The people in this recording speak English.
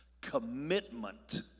commitment